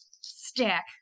stack